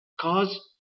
Cause